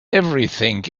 everything